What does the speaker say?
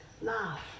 Laugh